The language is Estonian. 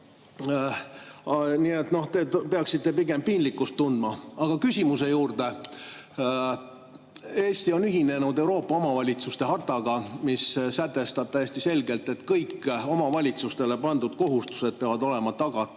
nii edasi. Te peaksite pigem piinlikkust tundma. Aga küsimuse juurde. Eesti on ühinenud Euroopa omavalitsuste hartaga, mis sätestab täiesti selgelt, et kõik omavalitsustele pandud kohustused peavad olema tagatud